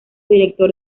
director